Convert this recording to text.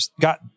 got